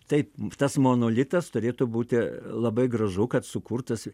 taip tas monolitas turėtų būti labai gražu kad sukurtas